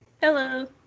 Hello